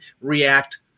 react